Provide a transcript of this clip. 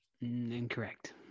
Incorrect